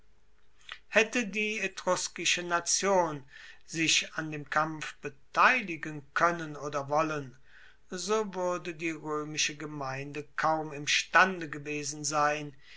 haette die etruskische nation sich an dem kampf beteiligen koennen oder wollen so wuerde die roemische gemeinde kaum imstande gewesen sein